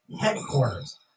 headquarters